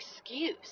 excuse